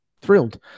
thrilled